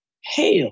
hell